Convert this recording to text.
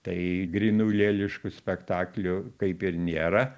tai grynų lėliškų spektaklių kaip ir nėra